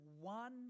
one